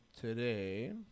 today